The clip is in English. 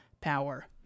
power